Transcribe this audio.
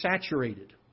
saturated